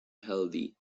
healthy